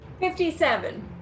57